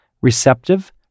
receptive